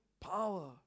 Power